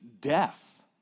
death